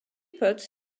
puts